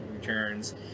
Returns